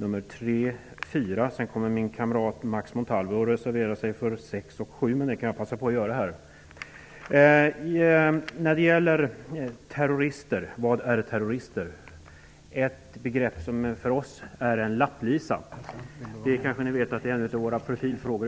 nr 3 och 4. Senare kommer min kamrat Max Montalvo att yrka bifall till reservationerna nr 6 och 7, vilket jag också kan passa på att göra. Vad är en terrorist? Jo, det är ett begrepp som för oss innebär en lapplisa. Ni kanske vet att detta är en av vårts partis profilfrågor.